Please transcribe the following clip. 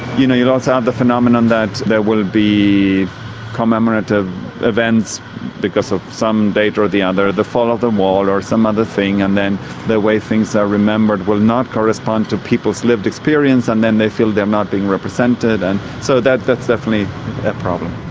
you know you'll also have the phenomenon that there will be commemorative events because of some date or the other the fall of the wall, or some other thing and then the way things are remembered will not correspond to people's lived experience and then they feel they're not being represented and so that's definitely a problem.